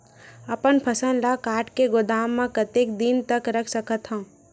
अपन फसल ल काट के गोदाम म कतेक दिन तक रख सकथव?